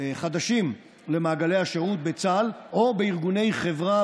חדשים למעגלי השירות בצה"ל או בארגוני חברה,